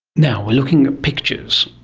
now, we're looking at pictures,